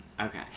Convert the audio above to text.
Okay